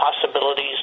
possibilities